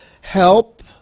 help